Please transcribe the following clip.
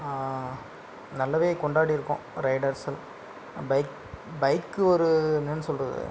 நல்லவே கொண்டாடியிருக்கோம் ரைடர்ஸுனு bike bike ஒரு என்னென்னு சொல்கிறது